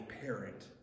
parent